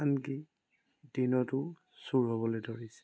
আনকি দিনতো চুৰ হ'বলৈ ধৰিছে